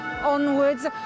onwards